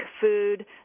food